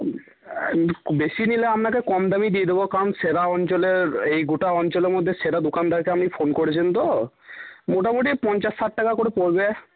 বেশি নিলে আপনাকে কম দামেই দিয়ে দেব কারণ সেরা অঞ্চলের এই গোটা অঞ্চলের মধ্যে সেরা দোকানদারকে আপনি ফোন করেছেন তো মোটামুটি পঞ্চাশ ষাট টাকা করে পড়বে